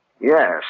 Yes